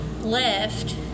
left